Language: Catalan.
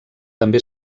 també